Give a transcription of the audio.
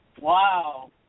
Wow